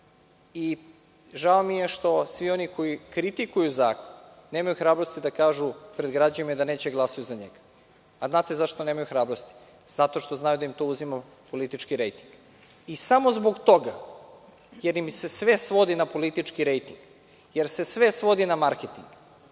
mi je što svi oni koji kritikuju zakon nemaju hrabrosti da kažu pred građanima da neće glasati za njega. Da li znate zašto nemaju hrabrosti? Zato što znaju da im to uzima politički rejting i samo zbog toga, jer im se sve svodi na politički rejting, jer se sve svodi na marketing,